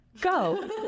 Go